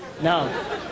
No